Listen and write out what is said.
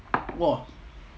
!wah!